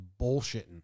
bullshitting